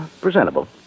presentable